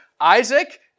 Isaac